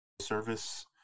service